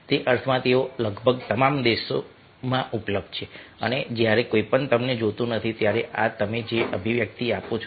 તે અર્થમાં કે તેઓ લગભગ તમામ દેશોમાં ઉપલબ્ધ છે અને જ્યારે કોઈ તમને જોતું નથી ત્યારે આ તમે જે અભિવ્યક્તિઓ આપો છો